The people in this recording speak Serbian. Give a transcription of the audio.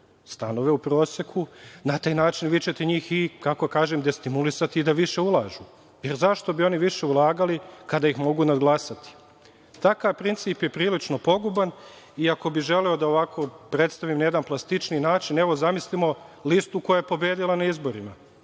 stanove u proseku, na taj način vi ćete njih destimulisati da više ulažu. Zašto bi oni više ulagali, kada ih mogu nadglasati? Takav princip je prilično poguban, iako bi želeo da ovako predstavim na jedan plastičniji način, evo zamislimo listu koja je pobedila na izborima